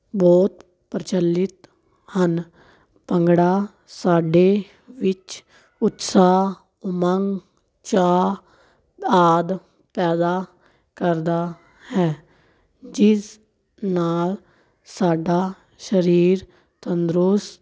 ਬਹੁਤ ਪ੍ਰਚਲਿਤ ਹਨ ਭੰਗੜਾ ਸਾਡੇ ਵਿੱਚ ਉਤਸ਼ਾਹ ਉਮੰਗ ਚਾਅ ਆਦਿ ਪੈਦਾ ਕਰਦਾ ਹੈ ਜਿਸ ਨਾਲ ਸਾਡਾ ਸਰੀਰ ਤੰਦਰੁਸਤ